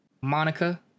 Monica